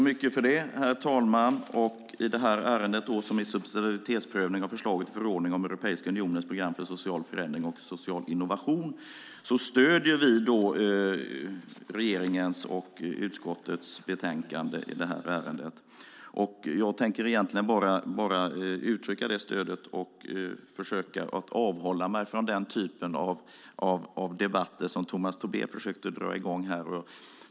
Herr talman! I det här ärendet, som är en subsidiaritetsprövning av förslaget till förordning om Europeiska unionens program för social förändring och social innovation, stöder vi regeringens och utskottets förslag. Jag tänker egentligen bara uttrycka det stödet och försöka avhålla mig från den typ av debatt som Tomas Tobé försökte dra i gång.